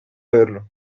verlo